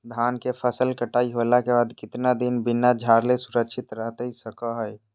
धान के फसल कटाई होला के बाद कितना दिन बिना झाड़ले सुरक्षित रहतई सको हय?